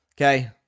okay